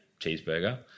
cheeseburger